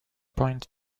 point